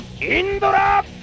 Indra